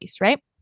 right